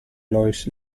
lois